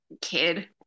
kid